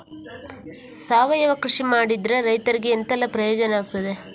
ಸಾವಯವ ಕೃಷಿ ಮಾಡಿದ್ರೆ ರೈತರಿಗೆ ಎಂತೆಲ್ಲ ಪ್ರಯೋಜನ ಆಗ್ತದೆ?